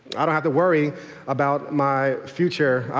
i don't have to worry about my future.